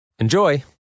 Enjoy